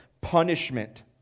punishment